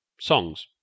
songs